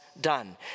done